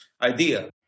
Idea